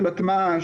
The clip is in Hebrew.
של הטמעה,